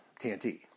tnt